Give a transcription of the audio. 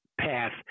path